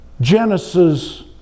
Genesis